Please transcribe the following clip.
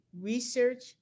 Research